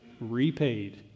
Repaid